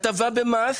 הטבה במס.